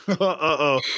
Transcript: Uh-oh